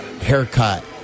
haircut